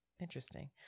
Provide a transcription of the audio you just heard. interesting